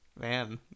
Man